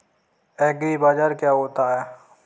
एग्रीबाजार क्या होता है?